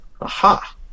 Aha